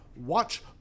Watch